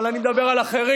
אבל אני מדבר על אחרים.